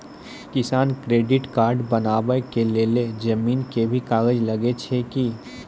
किसान credit card बनबा के लेल जमीन के भी कागज लागै छै कि?